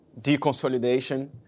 deconsolidation